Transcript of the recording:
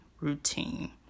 routine